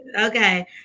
Okay